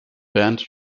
band